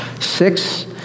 Six